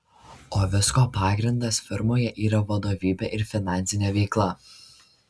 o visko pagrindas firmoje yra vadovybė ir finansinė veikla